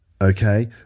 Okay